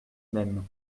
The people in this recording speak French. même